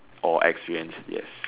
or experienced yes